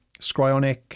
Scryonic